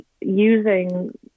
using